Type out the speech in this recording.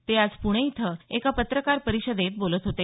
ते आज पूणे इथं एका पत्रकार परिषदेत बोलत होते